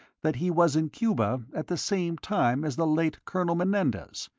that he was in cuba at the same time as the late colonel menendez,